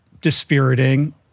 dispiriting